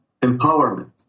empowerment